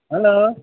hello